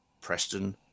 Preston